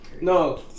No